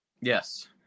Yes